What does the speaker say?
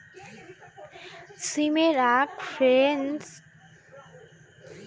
সিমের আক রকম ফ্রেঞ্চ বিন্স মানে হসে সবুজ সিম